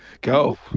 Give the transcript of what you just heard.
Go